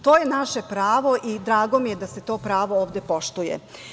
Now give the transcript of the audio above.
To je naše pravo i drago mi je da se to pravo ovde poštuje.